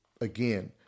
again